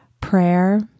prayer